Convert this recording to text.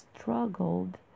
struggled